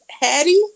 Hattie